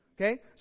Okay